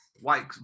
white